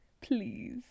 please